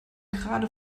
gerade